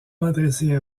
m’adresser